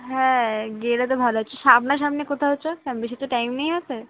হ্যাঁ গেলে তো ভালো একটু সামনাসামনি কোথাও চল বেশি তো টাইম নেই হাতে